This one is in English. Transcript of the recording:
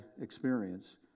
experience